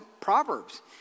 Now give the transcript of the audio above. Proverbs